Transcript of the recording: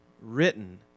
written